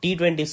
T20